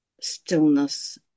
stillness